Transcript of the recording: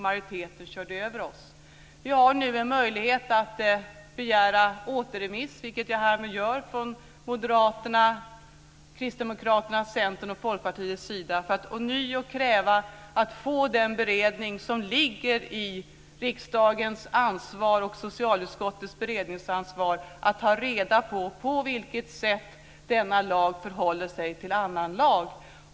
Majoriteten körde över oss. Vi har nu en möjlighet att begära återremiss, vilket jag härmed gör från Moderaterna, Kristdemokraterna, Centern och Folkpartiet, för att ånyo kräva att få den beredning som ligger i riksdagens ansvar och socialutskottets beredningsansvar. Det är vårt ansvar att ta reda på hur denna lag förhåller sig till annan lag.